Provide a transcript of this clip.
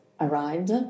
arrived